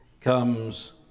comes